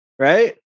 Right